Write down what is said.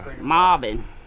Mobbing